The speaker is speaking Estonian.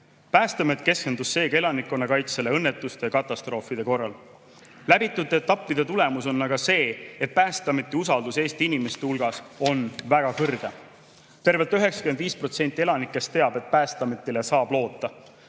Päästeamet keskendus seega elanikkonnakaitsele õnnetuste ja katastroofide korral. Läbitud etappide tulemus on aga see, et Päästeameti usaldus Eesti inimeste hulgas on väga kõrge. Tervelt 95% elanikest teab, et Päästeametile saab loota.